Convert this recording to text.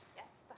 yes,